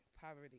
poverty